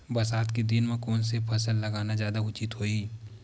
बरसात के दिन म कोन से फसल लगाना जादा उचित होही?